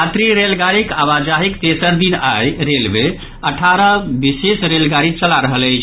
यात्री रेलगाड़ीक आवाजाहीक तेसर दिन आई रेलवे अठारह विशेष रेलगाड़ी चला रहल अछि